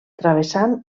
travessant